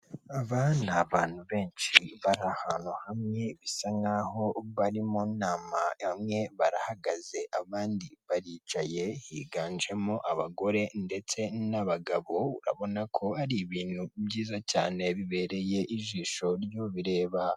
Aba ni abantu benshi bari ahantu hamwe bisa nkaho bari mu nama bamwe barahagaze abandi baricaye higanjemo abagore ndetse n'abagabo urabona ko ari ibintu byiza cyane bibereye ijisho ry'ubireba .